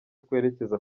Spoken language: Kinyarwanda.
twerekeza